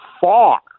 far